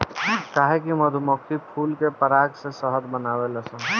काहे से कि मधुमक्खी फूल के पराग से शहद बनावेली सन